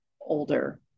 older